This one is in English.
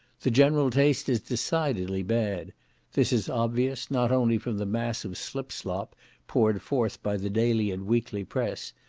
the general taste is decidedly bad this is obvious, not only from the mass of slip-slop poured forth by the daily and weekly press,